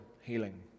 healing